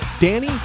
Danny